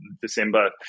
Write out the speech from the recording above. December